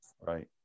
right